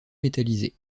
métallisé